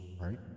right